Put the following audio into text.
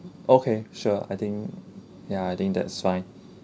okay sure I think ya I think that's fine